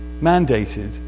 mandated